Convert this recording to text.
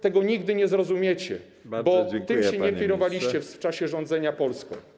Tego nigdy nie zrozumiecie, bo tym się nie kierowaliście w czasie rządzenia Polską.